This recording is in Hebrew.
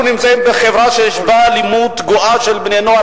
אנחנו נמצאים בחברה שיש בה אלימות גואה של בני נוער,